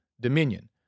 dominion